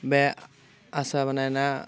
बे हासार बानायना